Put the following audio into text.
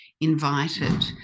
invited